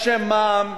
אנשי מע"מ,